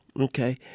okay